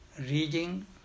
reading